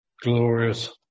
glorious